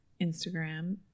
Instagram